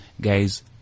guys